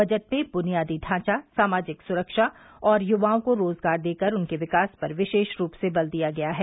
budget में बुनियादी ढांचा सामाजिक सुरक्षा और युवाओं को रोजगार देकर उनके विकास पर विशेष रूप से बल दिया गया है